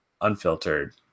unfiltered